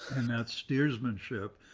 and that's steersman ship.